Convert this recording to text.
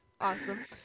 Awesome